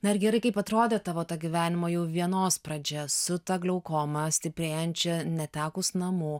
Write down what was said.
na ir gerai kaip atrodė tavo ta gyvenimo jau vienos pradžia su ta gliaukoma stiprėjančia netekus namų